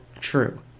true